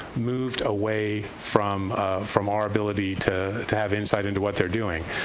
moved away from from our ability to to have insight into what they're doing.